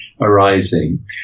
arising